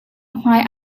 hmai